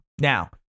Now